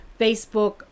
Facebook